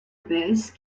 baisse